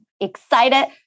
excited